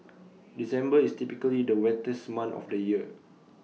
December is typically the wettest month of the year